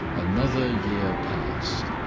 another year passed,